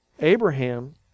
Abraham